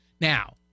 Now